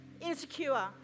insecure